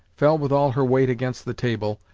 fell with all her weight against the table,